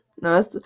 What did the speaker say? No